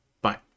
Bye